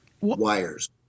wires